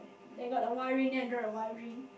they got the wiring then I draw the wiring